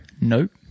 Nope